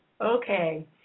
Okay